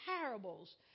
parables